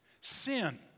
Sin